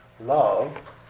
love